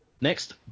Next